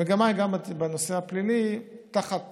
המגמה היא גם בנושא הפלילי, תחת